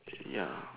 ya